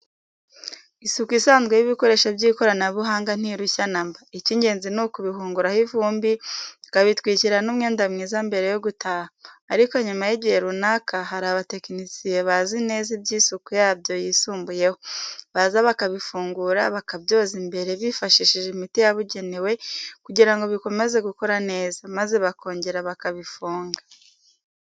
Isuku isanzwe y'ibikoresho by'ikoranabuhanga ntirushya na mba, icy'ingenzi ni ukubihunguraho ivumbi, ukabitwikira n'umwenda mwiza mbere yo gutaha; ariko nyuma y'igihe runaka hari abatekinisiye bazi neza iby' isuku yabyo yisumbuyeho, baza bakabifungura, bakabyoza imbere bifashishije imiti yabugenewe kugirango bikomeze gukora neza, maze bakongera bakabifunga.